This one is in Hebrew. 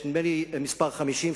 נדמה לי מס' 50,